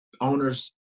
Owners